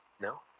No